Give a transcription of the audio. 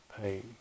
pain